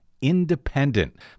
Independent